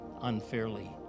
unfairly